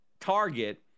target